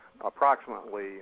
approximately